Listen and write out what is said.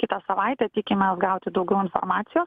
kitą savaitę tikimės gauti daugiau informacijos